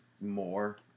more